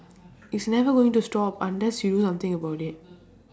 it's never going to stop unless you do something about it